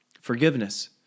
forgiveness